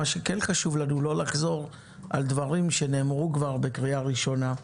מה שכן חשוב לנו הוא לא לחזור על דברים שנאמרו כבר בקריאה ראשונה,